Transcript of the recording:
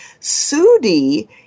SUDI